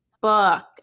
book